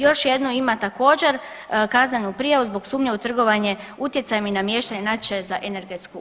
Još jedno ima također kaznenu prijavu zbog sumnje u trgovanje utjecajem i namještanjem natječaja za energetsku